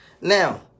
Now